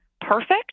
perfect